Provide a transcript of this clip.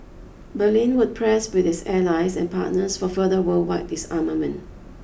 Berlin would press with its allies and partners for further worldwide disarmament